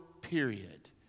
period